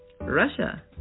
Russia